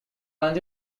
can’t